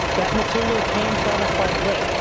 that material can travel quite a bit.